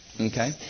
Okay